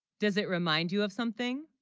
does it remind you of something